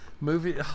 movie